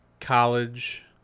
college